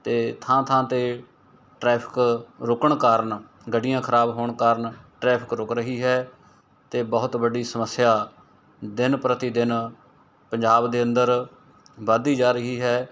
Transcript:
ਅਤੇ ਥਾਂ ਥਾਂ 'ਤੇ ਟਰੈਫਿਕ ਰੁੱਕਣ ਕਾਰਨ ਗੱਡੀਆਂ ਖਰਾਬ ਹੋਣ ਕਾਰਨ ਟਰੈਫਿਕ ਰੁੱਕ ਰਹੀ ਹੈ ਅਤੇ ਬਹੁਤ ਵੱਡੀ ਸਮੱਸਿਆ ਦਿਨ ਪ੍ਰਤੀ ਦਿਨ ਪੰਜਾਬ ਦੇ ਅੰਦਰ ਵੱਧਦੀ ਜਾ ਰਹੀ ਹੈ